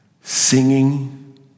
Singing